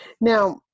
Now